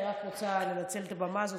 אני רק רוצה לנצל את הבמה הזאת,